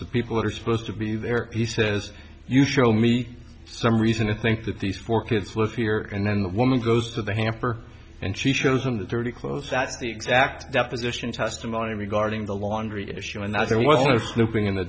the people that are supposed to be there he says you show me some reason to think that these four kids with fear and then the woman goes to the hamper and she shows them the dirty clothes that's the exact deposition testimony regarding the laundry issue and that there was no snooping in